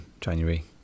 January